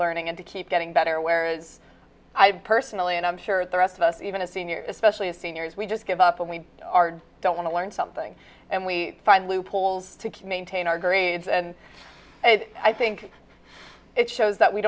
learning and to keep getting better where is i've personally and i'm sure the rest of us even a senior especially a seniors we just give up and we are don't want to learn something and we find loopholes to maintain our grades and i think it shows that we